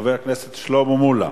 חבר הכנסת שלמה מולה.